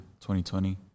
2020